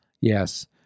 Yes